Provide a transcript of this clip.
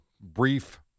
brief